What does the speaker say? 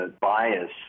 bias